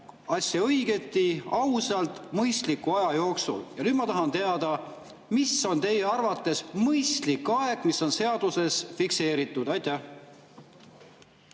asja õigesti, ausalt, mõistliku aja jooksul. Ja nüüd ma tahan teada: mis on teie arvates mõistlik aeg, mis on seaduses fikseeritud? Aitäh,